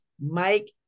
Mike